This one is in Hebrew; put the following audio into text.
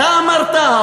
אתה אמרת,